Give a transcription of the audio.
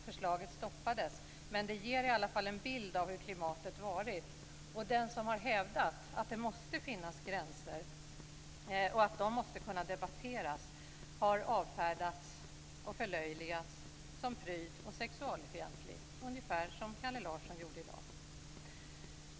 Förslaget stoppades, men det ger i alla fall en bild av hur klimatet varit, och den som har hävdat att det måste finnas gränser och att de måste kunna debatteras har avfärdats och förlöjligats som pryd och sexualfientlig, ungefär som Kalle Larsson gjorde i dag.